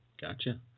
gotcha